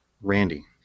Randy